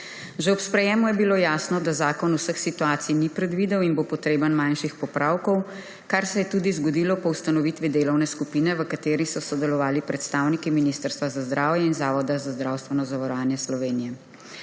Že ob sprejetju je bilo jasno, da zakon vseh situacij ni predvidel in bo potreben manjših popravkov, kar se je tudi zgodilo po ustanovitvi delovne skupine, v kateri so sodelovali predstavniki Ministrstva za zdravje in Zavoda za zdravstveno zavarovanje Slovenije.